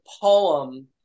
poem